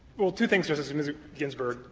well, two things, justice ginsburg.